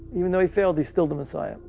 even though he failed, he's still the messiah.